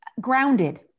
grounded